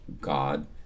God